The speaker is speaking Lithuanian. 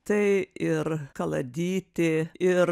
tai ir kaladytė ir